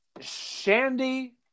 Shandy